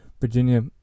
Virginia